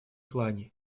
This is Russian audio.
плане